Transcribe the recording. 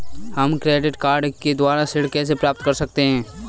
हम credit card के द्वारा ऋण कैसे प्राप्त कर सकते हैं?